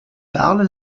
parle